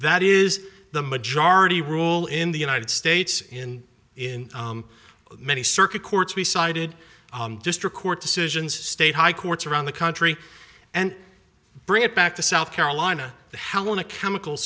that is the majority rule in the united states in in many circuit courts we sided district court decisions state high courts around the country and bring it back to south carolina to how on a chemical